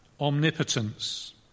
omnipotence